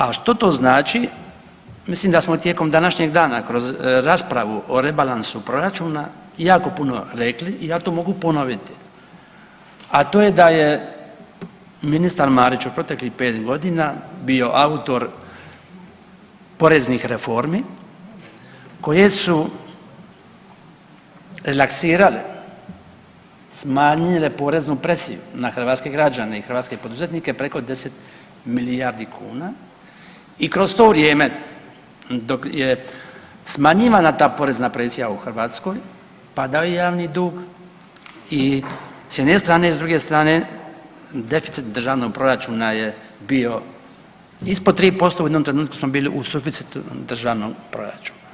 A što to znači, mislim da smo tijekom današnjeg dana kroz raspravu o rebalansu proračuna jako puno rekli i jako puno ponoviti, a to je da je ministar Marić u proteklih pet godina bio autor poreznih reformi koje su relaksirale, smanjile poreznu presiju na hrvatske građane i hrvatske poduzetnike preko 10 milijardi kuna i kroz to vrijeme dok je smanjivanja ta porezna presija u Hrvatskoj padao je javni dug i s jedne strane i s druge strane deficit državnog proračuna je bio ispod 3% u jednom trenutku smo bili u suficitu državnog proračuna.